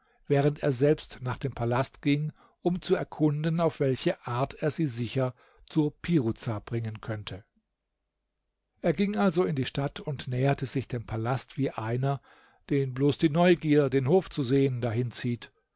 während er selbst nach dem palast ging um zu erkunden auf welche art er sie sicher zu piruza bringen könnte er ging also in die stadt und näherte sich dem palast wie einer den bloß die neugier den hof zu sehen dahin zieht